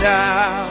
now